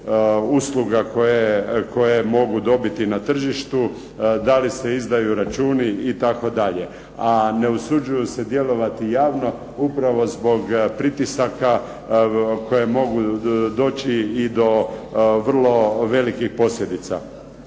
usluga koje mogu dobiti na tržištu, da li se izdaju računi itd. A ne usuđuju se djelovati javno upravo zbog pritisaka koje mogu doći i do vrlo velikih posljedica.